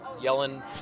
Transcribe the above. yelling